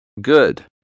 good